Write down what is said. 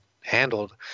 handled